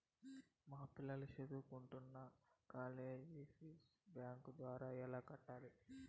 మా పిల్లలు సదువుకుంటున్న కాలేజీ ఫీజు బ్యాంకు ద్వారా ఎలా కట్టాలి?